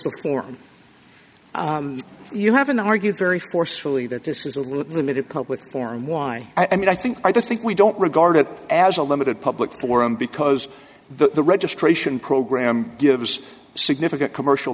before and you haven't argued very forcefully that this is a limited public forum why i mean i think i think we don't regard it as a limited public forum because the registration program gives significant commercial